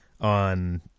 on